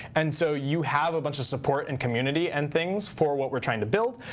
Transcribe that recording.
and so you have a bunch of support and community and things for what we're trying to build.